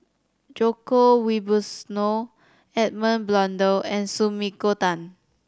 Djoko Wibisono Edmund Blundell and Sumiko Tan